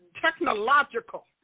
technological